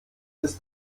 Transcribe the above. ist